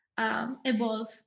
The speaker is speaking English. evolve